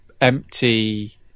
empty